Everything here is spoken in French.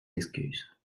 excuses